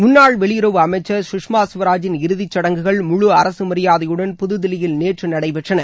முன்னாள் வெளியுறவு அமைச்சர் சுஷ்மா ஸ்வராஜின் இறுதிச்சடங்குகள் முழு அரசு மரியாதையுடன் புதுதில்லியில் நேற்று நடைபெற்றன